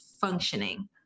functioning